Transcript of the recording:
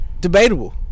Debatable